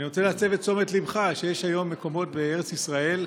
אני רוצה להסב את תשומת ליבך לכך שיש היום מקומות בארץ ישראל,